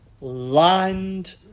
land